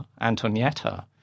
Antonietta